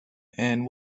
and